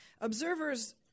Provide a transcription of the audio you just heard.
Observers